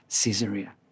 Caesarea